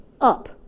up